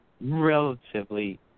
relatively